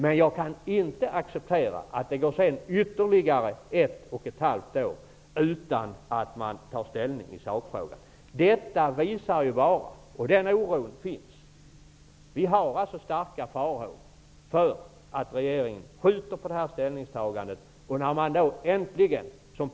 Men jag kan inte acceptera att det därefter skall behöva gå ytterligare ett och ett halvt år utan att man tar ställning i sakfrågan. Detta visar bara att regeringen skjuter på ställningstagandet, vilket det finns starka farhågor för.